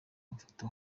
amafoto